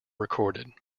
recorded